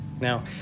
now